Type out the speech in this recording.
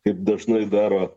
kaip dažnai daro